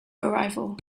arrival